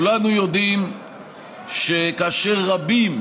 כולנו יודעים שכאשר רבים